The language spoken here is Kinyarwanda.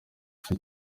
ico